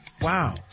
Wow